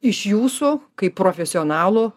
iš jūsų kaip profesionalo